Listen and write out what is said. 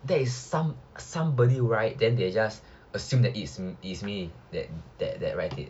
that is somebody write then they just assume that it is me that write it